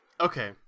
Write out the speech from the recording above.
Okay